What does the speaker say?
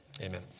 Amen